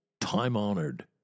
time-honored